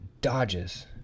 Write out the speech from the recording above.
dodges